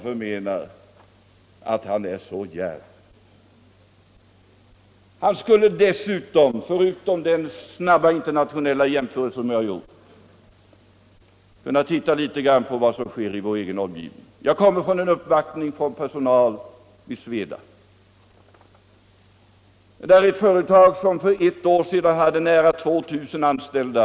Förutom att ta del av den snabba internationella jämförelse jag gjort borde han titta litet på vad som sker i vår omgivning. Jag kommer från en uppvaktning av personal vid Sweda. Det är ett företag som för ett år sedan hade nära 2 000 anställda.